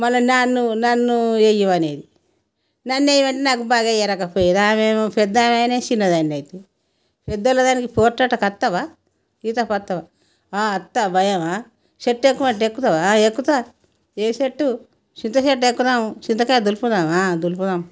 మళ్ళీ నన్నూ నన్నూ వెయ్యమనేది నన్ను వెయ్యమంటే నాకు బాగా రాకపోయేది ఆమెమో పెద్ద మనిషి నేను చిన్న దాన్ని అయితిని పెద్ద వాళ్ళు దాన్ని పోట్లాటకి వస్తావా ఈతకి వస్తావా వస్తా భయమా చెట్టు ఎక్కమంటే ఎక్కుతావా ఎక్కుతా ఏ చెట్టు చింత చెట్టు ఎక్కుదాము చింతకాయ దులుపుదామా దులుపుదాం